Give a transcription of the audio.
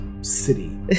city